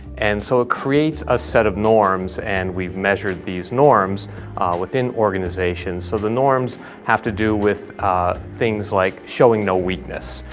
and so it ah creates a set of norms and we've measured these norms within organizations, so the norms have to do with things like showing no weakness,